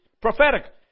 prophetic